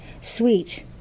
Sweet